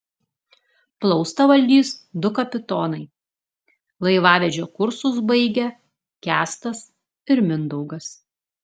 plaustą valdys du kapitonai laivavedžio kursus baigę kęstas ir mindaugas